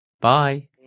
Bye